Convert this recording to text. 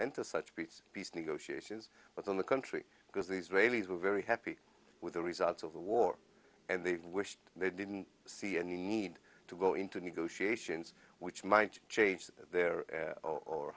enter such beats peace negotiations but on the country because the israelis were very happy with the results of the war and they wished they didn't see any need to go into negotiations which might change their or